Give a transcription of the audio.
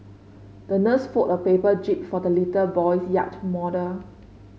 the nurse fold a paper jib for the little boy's yacht model